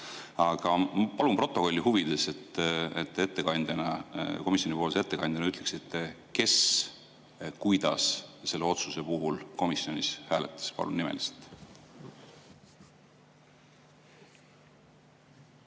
Aga palun protokolli huvides, et te komisjoni ettekandjana ütleksite, kes ja kuidas selle otsuse puhul komisjonis hääletas. Palun nimeliselt!